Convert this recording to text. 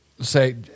say